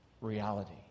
reality